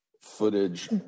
footage